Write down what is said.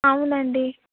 అవునండి